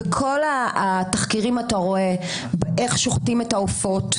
בכל התחקירים אתה רואה איך שוחטים את העופות,